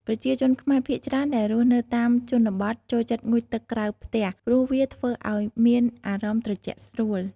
ប្រជាជនខ្មែរភាគច្រើនដែលរស់នៅតាមជនបទចូលចិត្តងូតទឹកក្រៅផ្ទះ ព្រោះវាធ្វើឱ្យមានអារម្មណ៍ត្រជាក់ស្រួល។